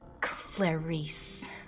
Clarice